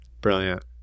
Brilliant